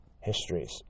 histories